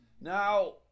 Now